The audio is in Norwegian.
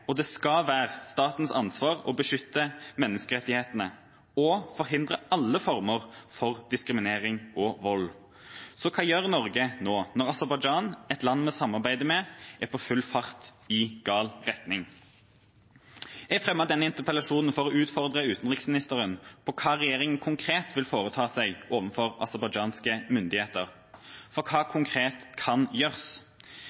og det skal være – statens ansvar å beskytte menneskerettighetene og forhindre alle former for diskriminering og vold. Så hva gjør Norge nå når Aserbajdsjan – et land vi samarbeider med – er på full fart i gal retning? Jeg fremmet denne interpellasjonen for å utfordre utenriksministeren på hva regjeringa konkret vil foreta seg overfor aserbajdsjanske myndigheter. For hva konkret kan gjøres?